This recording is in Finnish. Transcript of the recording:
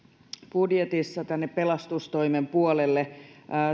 budjetissa tänne pelastustoimen puolelle